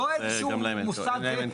לא איזשהו --- גם להן אין כלים.